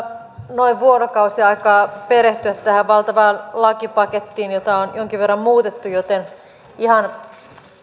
noin vuorokausi aikaa perehtyä tähän valtavaan lakipakettiin jota on jonkin verran muutettu joten